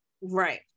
right